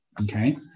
okay